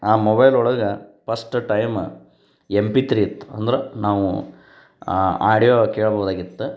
ಆ ಮೊಬೈಲ್ ಒಳಗೆ first time M P three ಇತ್ತು ಅಂದ್ರೆ ನಾವು ಆ ಆಡ್ಯೋ ಕೇಳ್ಬೋದಾಗಿತ್ತು